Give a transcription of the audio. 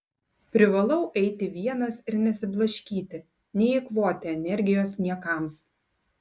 privalau eiti vienas ir nesiblaškyti neeikvoti energijos niekams